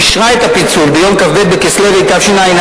הכנסת אישרה את הפיצול ביום כ"ב בכסלו תשע"א,